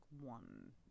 one